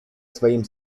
своим